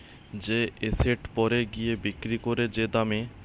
যে এসেট পরে গিয়ে বিক্রি করে যে দামে